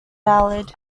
valid